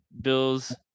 Bills